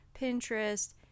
Pinterest